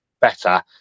better